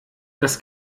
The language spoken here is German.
das